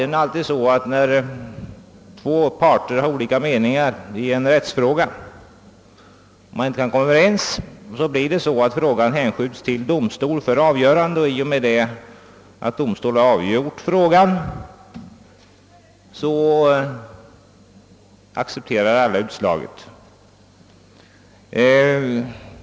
När två parter har olika meningar och inte kan komma överens, hänskjuts i alla andra avseenden frågan till domstol för avgörande, och i och med att domstol har avgjort ärendet accepterar alla utslaget.